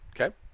Okay